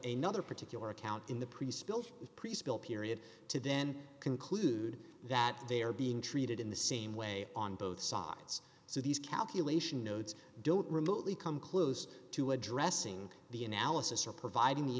a nother particular account in the preschool preschool period to then conclude that they are being treated in the same way on both sides so these calculation nodes don't remotely come close to addressing the analysis or providing the